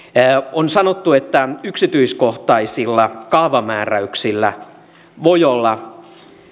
on sanottu että yksityiskohtaisilla kaavamääräyksillä voi olla